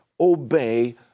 obey